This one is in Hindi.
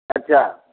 अच्छा